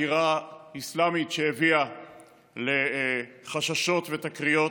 הגירה אסלאמית שהביאה לחששות ותקריות.